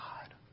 God